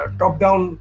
top-down